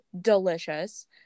delicious